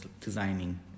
designing